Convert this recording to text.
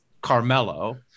Carmelo